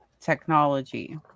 technology